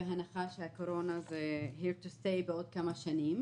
בהנחה שהקורונה here to stay בעוד כמה שנים